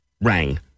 rang